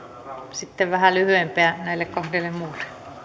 sitten vähän lyhyempiä näille kahdelle muulle niin